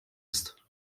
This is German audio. ist